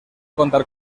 contar